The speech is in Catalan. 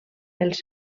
els